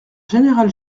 général